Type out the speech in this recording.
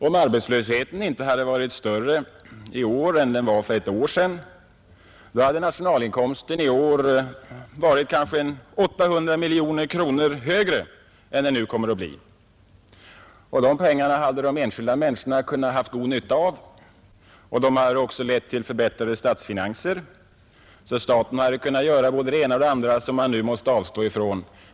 Om arbetslösheten inte hade varit större än den var för ett år sedan hade nationalinkomsten i år varit kanske 800 miljoner kronor högre än den nu blir. De pengarna hade de enskilda människorna haft god nytta av. De hade också lett till förbättrade statsfinanser, så att staten hade kunnat göra både det ena och det andra som man nu måste avstå ifrån.